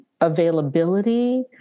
availability